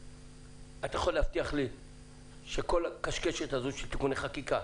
אתה יכול להבטיח לי שכל הקשקשת הזאת של תיקוני חקיקה,